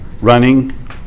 running